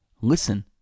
Listen